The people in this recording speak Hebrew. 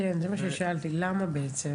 זה מה ששאלתי, למה בעצם?